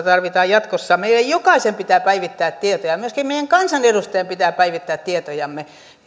tarvitaan jatkossa meidän jokaisen pitää päivittää tietoja myöskin meidän kansanedustajien pitää päivittää tietojamme